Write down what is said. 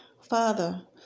Father